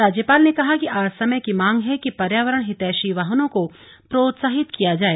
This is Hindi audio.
राज्यपाल ने कहा कि आज समय की मांग है कि पर्यावरण हितैषी वाहनों को प्रोत्साहित किया जाय